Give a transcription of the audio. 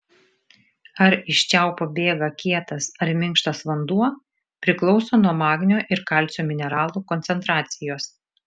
ar iš čiaupo bėga kietas ar minkštas vanduo priklauso nuo magnio ir kalcio mineralų koncentracijos